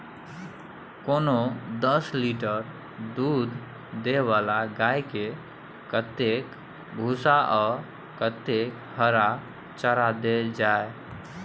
कोनो दस लीटर दूध दै वाला गाय के कतेक भूसा आ कतेक हरा चारा देल जाय?